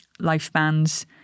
lifespans